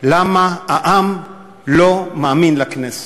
למה העם לא מאמין לכנסת.